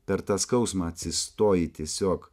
per tą skausmą atsistoji tiesiog